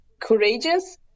courageous